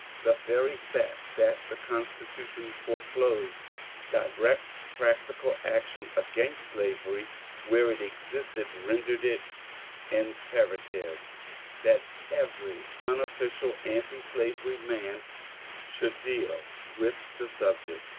the very fact that the constitution foreclosed direct practical action against slavery where it existed rendered it imperative that every unofficial antislavery man should deal with the subject.